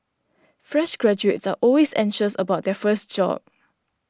fresh graduates are always anxious about their first job